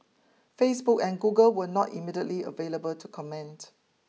Facebook and Google were not immediately available to comment